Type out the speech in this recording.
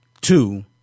two